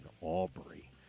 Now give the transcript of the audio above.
Aubrey